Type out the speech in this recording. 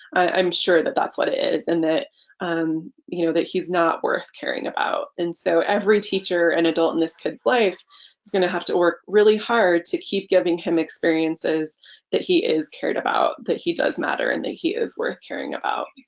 i'm sure that that's what it is and that um you know that he's not worth caring about and so every teacher and adult in this kid's life is gonna have to work really hard to keep giving him experiences that he is cared about that he does matter and that he is worth caring about.